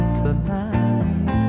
tonight